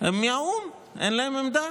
הם מהאו"ם, אין להם עמדה.